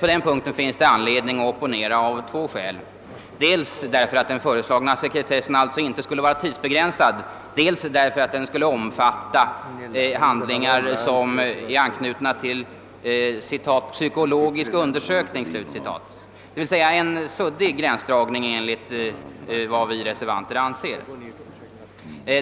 På den punkten finns det av två skäl anledning att opponera, dels därför att den föreslagna sekretessen inte skall vara tidsbegränsad, dels därför att sekretessen kan omfatta handlingar som är knutna till »psykologisk undersökning», d.v.s. en enligt vår mening suddig gränsdragning.